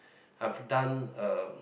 I've done uh